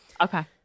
Okay